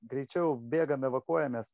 greičiau bėgam evakuojamės